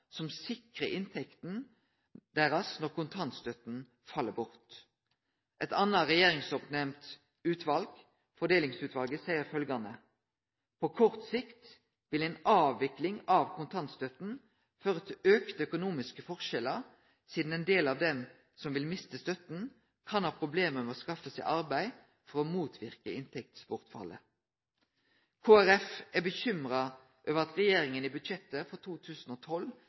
som sikrar inntekta deira når kontantstøtta fell bort. Eit anna regjeringsoppnemnt utval, Fordelingsutvalet, seier følgjande: «På kort sikt vil imidlertid en avvikling av kontantstøtten føre til økte økonomiske forskjeller siden en del av dem som vil miste støtten, kan ha problemer med å skaffe seg arbeid for å motvirke inntektsbortfallet.» Kristeleg Folkeparti er bekymra over at regjeringa i budsjettet for 2012